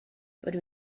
rydw